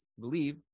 believe